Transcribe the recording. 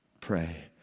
pray